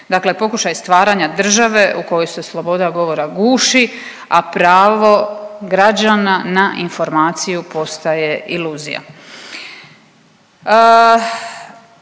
Dakle, pokušaj stvaranja države u kojoj se sloboda govora guši, a pravo građana na informaciju postaje iluzija.